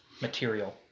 material